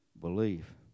belief